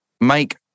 make